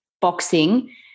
boxing